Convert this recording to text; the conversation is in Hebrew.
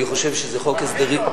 אני חושב שזה חוק הסדרים,